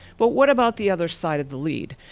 but what about the other side of the lead?